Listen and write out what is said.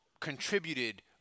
contributed